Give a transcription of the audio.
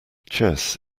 chess